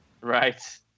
Right